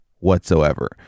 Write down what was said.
whatsoever